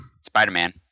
spider-man